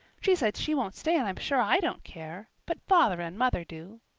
she says she won't stay and i'm sure i don't care. but father and mother do.